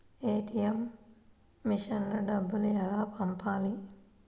ATM మెషిన్లో డబ్బులు ఎలా పంపాలి?